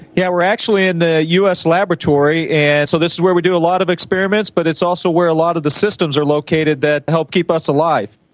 yeah actually in the us laboratory, and so this is where we do a lot of experiments, but it's also where a lot of the systems are located that help keep us alive.